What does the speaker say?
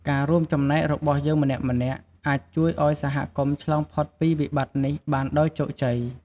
ការរួមចំណែករបស់យើងម្នាក់ៗ អាចជួយឱ្យសហគមន៍ឆ្លងផុតពីវិបត្តិនេះបានដោយជោគជ័យ។